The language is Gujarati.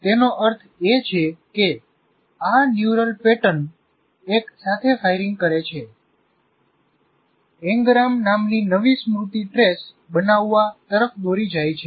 તેનો અર્થ એ છે કે આ ન્યુરલ પેટર્ન એક સાથે ફાયરિંગ કરે છે જો એક ફાયર કરે છે તો તે બધા ફાયર કરે છે એન્ગરામ નામની નવી સ્મૃતિ ટ્રેસ બનાવવા તરફ દોરી જાય છે